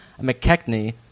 McKechnie